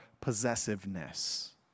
possessiveness